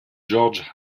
georges